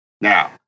Now